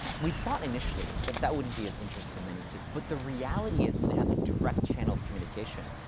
um we thought, initially, that that wouldn't be of interest to many people. but, the reality is, when they have a direct channel of communication,